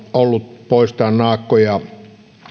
ollut mahdollisuus poistaa naakkoja